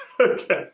Okay